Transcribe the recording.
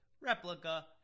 replica